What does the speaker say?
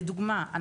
לדוגמה,